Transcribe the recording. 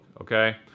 okay